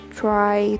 try